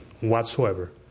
whatsoever